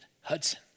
Hudson